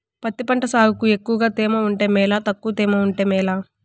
పత్తి పంట సాగుకు ఎక్కువగా తేమ ఉంటే మేలా తక్కువ తేమ ఉంటే మేలా?